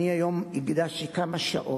אני הקדשתי היום כמה שעות